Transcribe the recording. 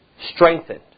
strengthened